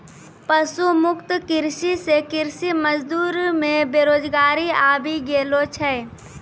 पशु मुक्त कृषि से कृषि मजदूर मे बेरोजगारी आबि गेलो छै